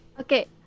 Okay